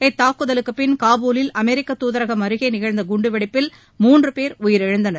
இத்தாக்குதலுக்குப்பின் காபூலில் அமெரிக்க துதரகம் அருகேநிகழ்ந்தகுண்டுவெடிப்பில் மூன்றுபேர் உயிரிழந்தனர்